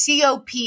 COP